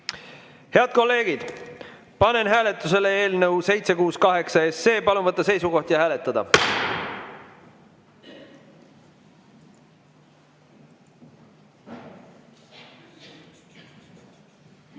Head kolleegid, panen hääletusele eelnõu 768. Palun võtta seisukoht ja hääletada!